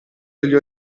degli